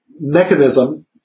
mechanism